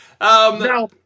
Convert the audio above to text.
Now